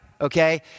okay